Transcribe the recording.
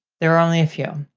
there are only a few,